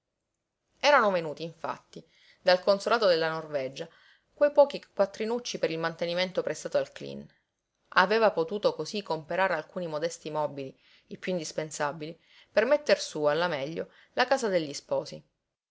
erano venuti infatti dal consolato della norvegia quei pochi quattrinucci per il mantenimento prestato al cleen aveva potuto cosí comperare alcuni modesti mobili i piú indispensabili per metter su alla meglio la casa degli sposi